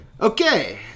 Okay